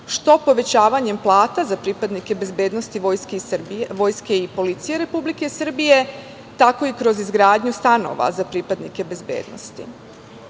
što povećavanjem plata za pripadnike bezbednosti, vojske i policije Republike Srbije tako i kroz izgradnju stanova za pripadnike bezbednosti. Kada